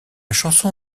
chanson